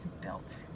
built